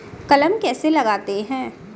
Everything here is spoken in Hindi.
कलम कैसे लगाते हैं?